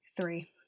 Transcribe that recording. Three